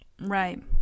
right